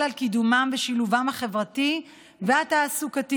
את קידומם ושילובם החברתי והתעסוקתי,